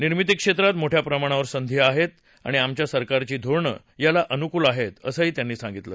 निर्मिती क्षेत्रात मोठ्या प्रमाणावर संघी आहेत आणि आमच्या सरकारची धोरणं याला अनुकूल आहेत असं त्यांनी सांगितलं